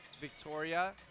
Victoria